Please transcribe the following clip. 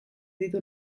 ditu